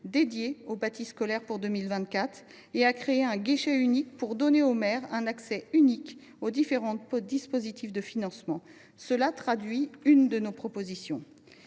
dédiée au bâti scolaire pour 2024, et à créer un guichet unique pour simplifier l’accès des maires aux différents dispositifs de financement. Cela traduit l’une de nos propositions.